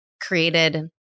created